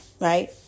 Right